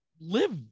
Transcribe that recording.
live